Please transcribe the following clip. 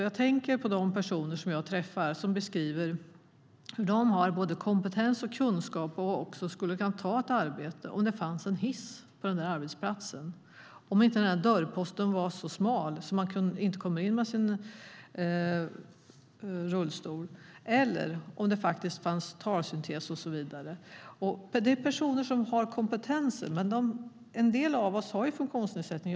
Jag tänker på de personer jag träffat som beskriver hur de har både kompetens och kunskap och skulle kunna ta ett arbete om det fanns en hiss på arbetsplatsen, om den där dörrposten inte var så smal att de inte kommer in med sin rullstol eller om det fanns talsyntes och så vidare. Det är personer som har kompetens. En del av oss har en funktionsnedsättning.